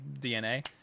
DNA